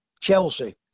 Chelsea